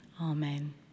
amen